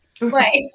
Right